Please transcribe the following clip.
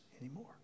anymore